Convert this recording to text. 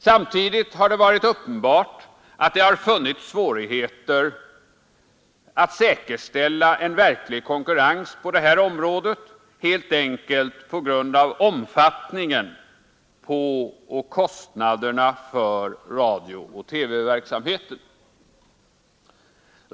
Samtidigt har det varit uppenbart att det har funnits svårigheter att säkerställa en verklig konkurrens på området, helt enkelt på grund av omfattningen av och kostnaderna för radiooch TV-verksamheten.